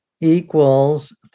equals